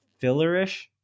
fillerish